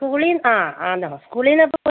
സ്കൂളിൽ ആ ആണോ സ്കൂളിൽ നിന്ന് അപ്പം